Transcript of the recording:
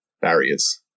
barriers